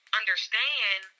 understand